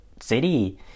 city